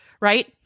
right